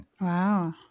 Wow